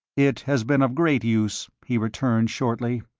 it has been of great use, he returned, shortly.